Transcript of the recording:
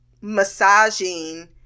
massaging